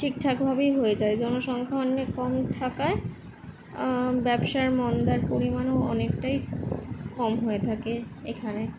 ঠিকঠাক ভাবেই হয়ে যায় জনসংখ্যা অনেক কম থাকায় ব্যবসার মন্দার পরিমাণও অনেকটাই কম হয়ে থাকে এখানে